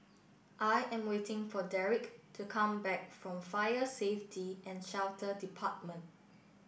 I am waiting for Darrick to come back from Fire Safety and Shelter Department